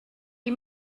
die